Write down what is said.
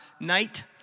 night